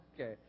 Okay